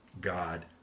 God